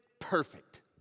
Perfect